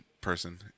person